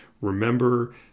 Remember